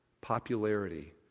popularity